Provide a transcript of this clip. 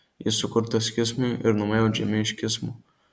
jis sukurtas kismui ir namai audžiami iš kismo